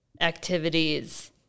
activities